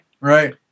Right